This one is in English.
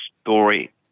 story